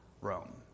Rome